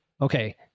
Okay